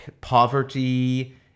Poverty